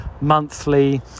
monthly